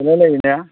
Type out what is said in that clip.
सेलाय लायोना